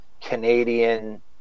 Canadian